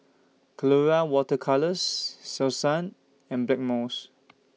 Colora Water Colours Selsun and Blackmores